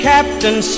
Captain